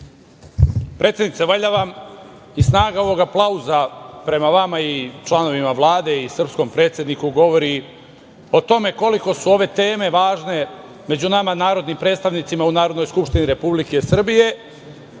Predsednice, valjda vam i snaga ovog aplauza prema vama i članovima Vlade i srpskom predsedniku govori o tome koliko su ove teme važne među nama narodnim predstavnicima u Narodnoj skupštini Republike Srbije,